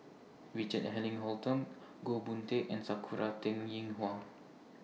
Richard Eric Holttum Goh Boon Teck and Sakura Teng Ying Hua